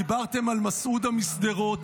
דיברתם על מסעודה משדרות.